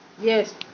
yes